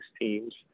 teams